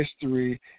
history